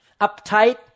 uptight